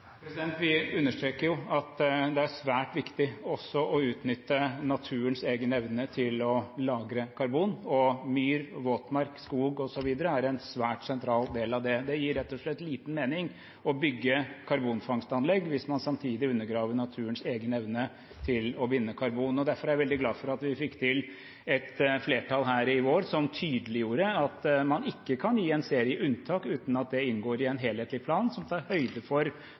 Vi understreker jo at det er svært viktig også å utnytte naturens egen evne til å lagre karbon, og myr, våtmark, skog osv. er en svært sentral del av det. Det gir rett og slett liten mening å bygge karbonfangstanlegg hvis man samtidig undergraver naturens egen evne til å vinne karbon. Derfor er jeg veldig glad for at vi fikk til et flertall her i vår som tydeliggjorde at man ikke kan gi en serie unntak uten at det inngår i en helhetlig plan som tar høyde for